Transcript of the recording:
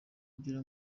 kugira